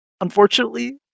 unfortunately